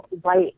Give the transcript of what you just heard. white